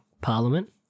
parliament